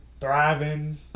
thriving